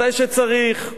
מתי שצריך,